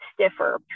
stiffer